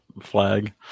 flag